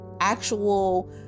actual